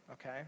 Okay